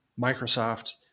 Microsoft